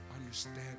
understand